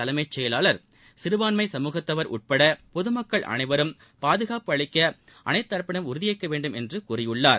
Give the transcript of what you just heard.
தலைமைச் செயலாளர் சிறுபான்மை சமூகத்தவர் உட்பட பொதுமக்கள் அனைவருக்கும் பாதுகாப்பு அளிக்க அனைத்து தரப்பினரும் உறுதியேற்க வேண்டும் என்று கூறியுள்ளார்